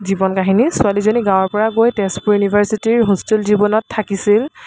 জীৱন কাহিনী ছোৱালীজনী গাঁৱৰপৰা গৈ তেজপুৰ ইউনিভাৰ্চিটিৰ হোষ্টেল জীৱনত থাকিছিল